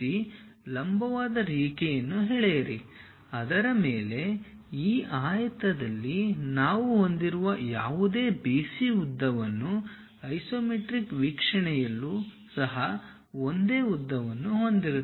ಲಂಬವಾದ ರೇಖೆಯನ್ನು ಎಳೆಯಿರಿ ಅದರ ಮೇಲೆ ಈ ಆಯತದಲ್ಲಿ ನಾವು ಹೊಂದಿರುವ ಯಾವುದೇ BC ಉದ್ದವನ್ನು ಐಸೊಮೆಟ್ರಿಕ್ ವೀಕ್ಷಣೆಯಲ್ಲೂ ಸಹ ಒಂದೇ ಉದ್ದವನ್ನು ಹೊಂದಿರುತ್ತದೆ